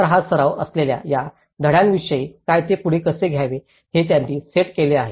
तर या सराव असलेल्या या धड्यांविषयी काय ते पुढे कसे घ्यावे हे त्यांनी सेट केले आहे